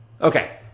Okay